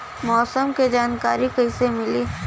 मौसम के जानकारी कैसे मिली?